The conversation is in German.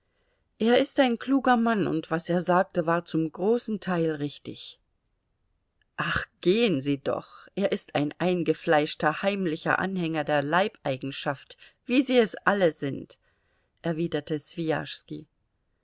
er ist ein kluger mann und was er sagte war zum großen teil richtig ach gehen sie doch er ist ein eingefleischter heimlicher anhänger der leibeigenschaft wie sie es alle sind erwiderte